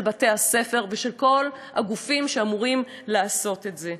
של בתי-הספר ושל כל הגופים שאמורים לעשות את זה.